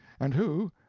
and who,